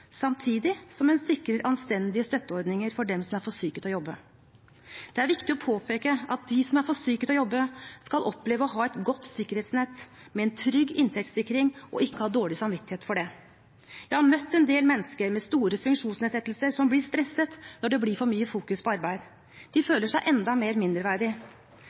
samtidig som en sikrer anstendige støtteordninger for dem som er for syke til å jobbe. Det er viktig å påpeke at de som er for syke til å jobbe, skal oppleve å ha et godt sikkerhetsnett med en trygg inntektssikring, og de skal ikke ha dårlig samvittighet for det. Jeg har møtt en del mennesker med store funksjonsnedsettelser som blir stresset når det blir for mye fokusering på arbeid. De føler seg enda mer